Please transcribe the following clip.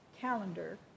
calendar